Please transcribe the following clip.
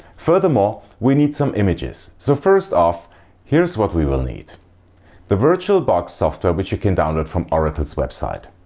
furthermore, we need some images. so first off here's what we will need the virtualbox software which you can download from oracle's website.